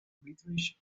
british